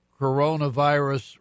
coronavirus